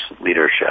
leadership